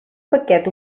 paquet